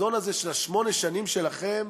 בחזון הזה של שמונה השנים, שלכם,